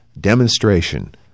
demonstration